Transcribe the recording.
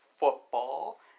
Football